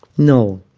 no.